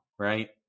Right